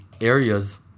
areas